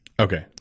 Okay